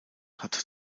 hat